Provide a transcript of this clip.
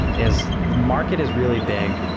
is the market is really big.